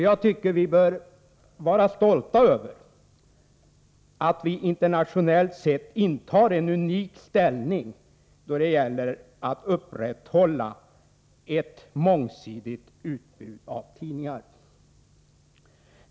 Jag tycker att vi bör vara stolta över att vi internationellt sett intar en unik ställning då det gäller att upprätthålla ett mångsidigt utbud av tidningar.